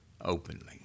Openly